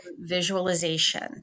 visualization